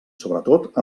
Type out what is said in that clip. sobretot